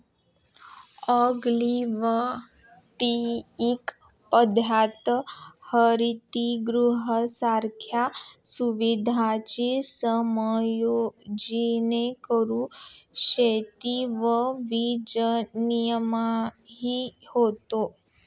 agrovoltaic पद्धतीत हरितगृहांसारख्या सुविधांचे समायोजन करून शेती व वीजनिर्मितीही होते